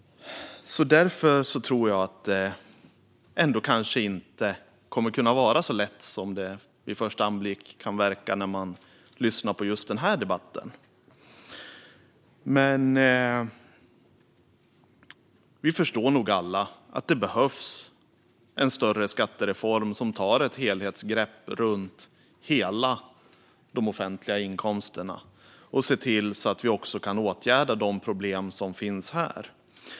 Därför tror jag att det kanske inte kommer att vara så lätt som det först kan verka när man lyssnar på den här debatten. Vi förstår nog alla att det behövs en större skattereform som tar ett helhetsgrepp om de offentliga inkomsterna och ser till att vi kan åtgärda de problem som finns här.